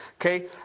Okay